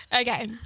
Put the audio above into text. Okay